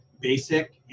basic